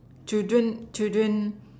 children children